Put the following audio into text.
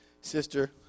sister